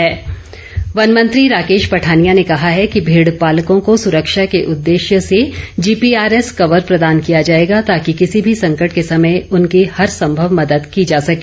राकेश पठानिया वन मंत्री राकेश पठानिया ने कहा है कि भेड़पालकों को सुरक्षा के उददेश्य से जीपीआरएस कवर प्रदान किया जाएगा ताकि किसी भी संकट के समय उनकी हरसंभव मेदद की जा सके